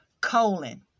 colon